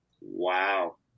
Wow